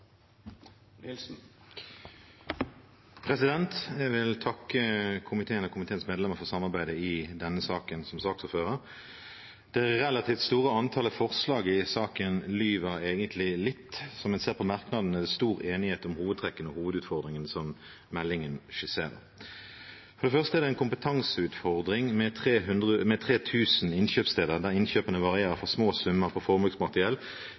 vil takke komiteen og komiteens medlemmer for samarbeidet i denne saken, som saksordfører. Det relativt store antallet forslag i saken lyver egentlig litt. Som en ser fra merknadene, er det stor enighet om hovedtrekkene og hovedutfordringene som meldingen skisserer. For det første er det en kompetanseutfordring med 3 000 innkjøpssteder, der innkjøpene varierer fra små summer på forbruksmateriell